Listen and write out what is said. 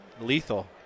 lethal